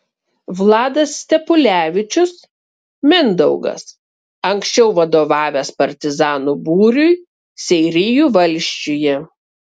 vladas stepulevičius mindaugas anksčiau vadovavęs partizanų būriui seirijų valsčiuje